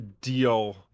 deal